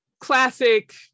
classic